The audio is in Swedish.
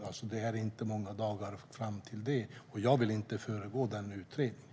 Det är alltså inte många dagar kvar, och jag vill inte föregripa utredningen.